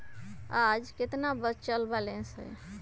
आज केतना बचल बैलेंस हई?